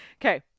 okay